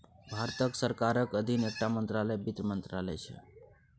भारत सरकारक अधीन एकटा मंत्रालय बित्त मंत्रालय छै